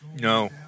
No